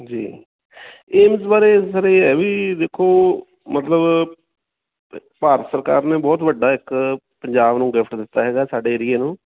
ਜੀ ਇਸ ਬਾਰੇ ਸਰ ਇਹ ਹੈ ਵੀ ਦੇਖੋ ਮਤਲਬ ਭ ਭਾਰਤ ਸਰਕਾਰ ਨੇ ਬਹੁਤ ਵੱਡਾ ਇੱਕ ਪੰਜਾਬ ਨੂੰ ਗਿਫਟ ਦਿੱਤਾ ਹੈਗਾ ਸਾਡੇ ਏਰੀਏ ਨੂੰ